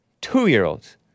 Two-year-olds